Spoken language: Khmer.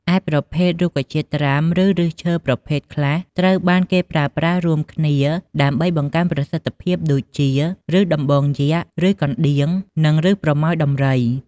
ឯប្រភេទរុក្ខជាតិត្រាំ ឬឫសឈើប្រភេទខ្លះត្រូវបានគេប្រើប្រាស់រួមគ្នាដើម្បីបង្កើនប្រសិទ្ធភាព ដូចជា ឫសដំបងយក្ស ឫសកណ្ដៀង និងឫសប្រមោយដំរី។